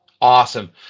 Awesome